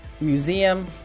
Museum